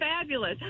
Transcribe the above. fabulous